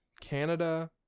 canada